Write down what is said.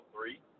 three